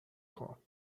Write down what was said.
خوام